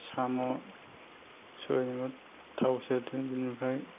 साम' सबायखौ थाव सेरदो बेनिफ्राय